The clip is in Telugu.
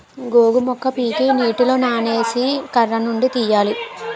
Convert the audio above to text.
గోగు మొక్క పీకి నీటిలో నానేసి కర్రనుండి తీయాలి